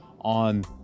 On